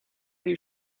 you